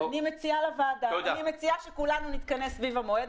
אני מציעה לוועדה שכולנו נתכנס סביב המועד